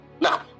Now